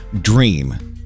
dream